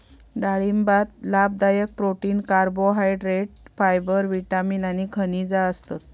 डाळिंबात लाभदायक protein, carbohydrate, fibre, vitamin आणि खनिजा असतत